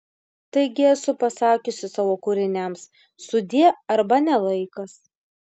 taigi esu pasakiusi savo kūriniams sudie arba ne laikas